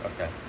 Okay